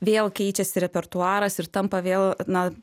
vėl keičiasi repertuaras ir tampa vėl na